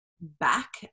back